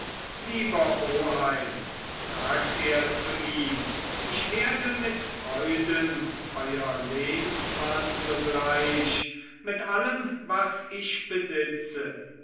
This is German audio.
lieber oheim sagt er zu ihm ich werde mit freuden euer lehnsmann sogleich mit allem was ich besitze